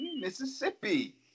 Mississippi